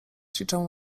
ćwiczę